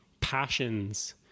passions